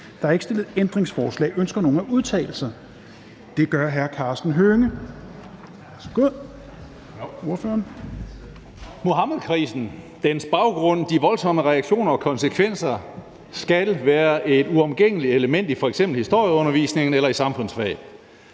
Det gør hr. Karsten Hønge. Værsgo til ordføreren. Kl. 18:42 (Ordfører) Karsten Hønge (SF): Muhammedkrisen, dens baggrund, de voldsomme reaktioner og konsekvenser skal være et uomgængeligt element i f.eks. historieundervisningen eller i samfundsfag.